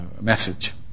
message